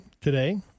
today